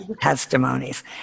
testimonies